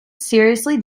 seriously